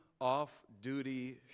off-duty